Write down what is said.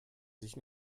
sich